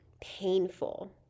painful